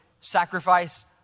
sacrifice